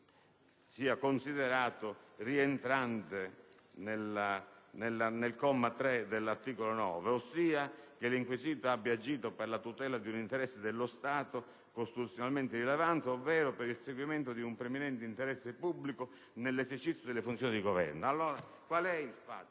costituzionale n. 1 del 1989, ossia che «l'inquisito abbia agito per la tutela di un interesse dello Stato costituzionalmente rilevante ovvero per il perseguimento di un preminente interesse pubblico nell'esercizio delle funzioni di Governo». Qual è il fatto